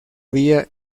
vía